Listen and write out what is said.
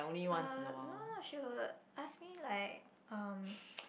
uh no no she would ask me like um